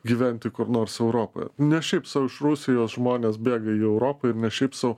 gyventi kur nors europoje ne šiaip sau iš rusijos žmonės bėga į europą ir ne šiaip sau